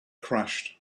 crashed